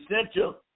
essential